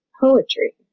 poetry